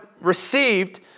received